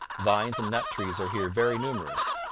vines and nut trees are here very numerous.